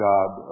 God